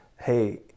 hey